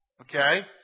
Okay